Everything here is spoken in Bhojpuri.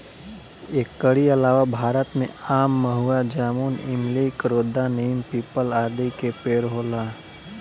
एकरी अलावा भारत में आम, महुआ, जामुन, इमली, करोंदा, नीम, पीपल, आदि के पेड़ होला